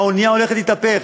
האונייה הולכת להתהפך,